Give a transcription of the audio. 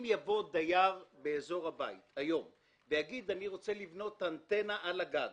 אם יבוא דייר ויגיד שהוא רוצה לבנות אנטנה על גג